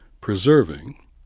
preserving